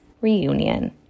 reunion